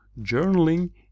journaling